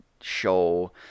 show